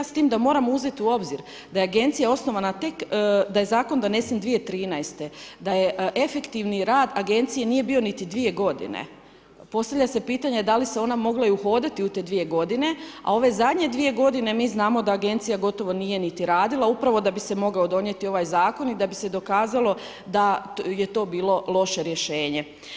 S tim da moramo uzeti u obzir da je agencija osnovana tek, da je zakon donesen 2013. da je efektivni rad agencije nije bio niti 2 g. Postavlja se pitanje, da li sezona mogla i uhodati u te 2 g. a ove zadnje 2 g. mi znamo da agencija gotovo nije niti radila, upravo da bi se mogao donijeti ovaj zakon i da bi se dokazalo da je to bilo loše rješenje.